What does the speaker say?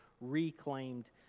reclaimed